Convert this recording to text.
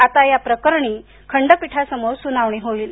आता या प्रकरणी खंडपीठासमोर सुनावणी होईल